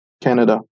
Canada